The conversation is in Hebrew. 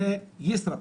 זה ישראבלוף,